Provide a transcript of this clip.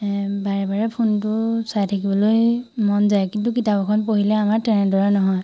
এ বাৰে বাৰে ফোনটো চাই থাকিবলৈ মন যায় কিন্তু কিতাপ এখন পঢ়িলে আমাৰ তেনেদৰে নহয়